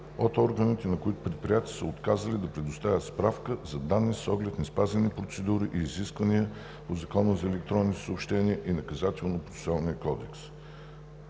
мобилните оператори са отказали да предоставят справки за данни с оглед неспазени процедури и изисквания на Закона за електронните съобщения и Наказателно-процесуалния кодекс.